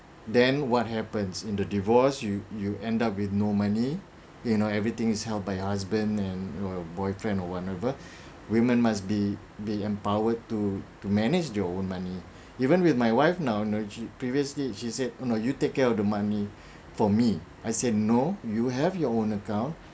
then what happens in the divorce you you end up with no money you know everything is held by your husband and or your boyfriend or whatever women must be be empowered to to manage their own money even with my wife now you know she previously she said no you take care of the money for me I said no you have your own account